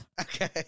Okay